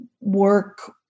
work